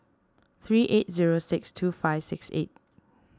three eight zero six two five six eight